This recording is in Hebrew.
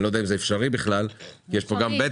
אני לא יודע אם זה אפשרי כי יש כאן בטח